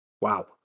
wow